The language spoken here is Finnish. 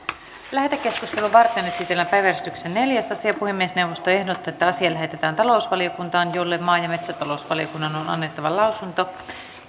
lähetekeskustelua varten esitellään päiväjärjestyksen neljäs asia puhemiesneuvosto ehdottaa että asia lähetetään talousvaliokuntaan jolle maa ja metsätalousvaliokunnan on on annettava lausunto